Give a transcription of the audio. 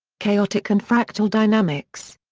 chaotic and fractal dynamics.